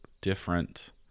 different